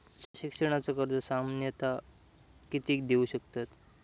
शिक्षणाचा कर्ज सामन्यता किती देऊ शकतत?